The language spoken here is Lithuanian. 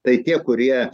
tai tie kurie